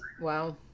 wow